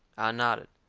i nodded.